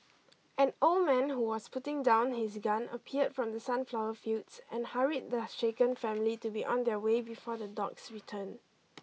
an old man who was putting down his gun appeared from the sunflower fields and hurried the shaken family to be on their way before the dogs return